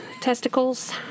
testicles